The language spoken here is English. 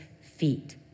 feet